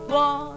one